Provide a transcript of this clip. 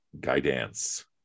guidance